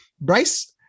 Bryce